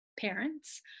parents